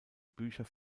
bücher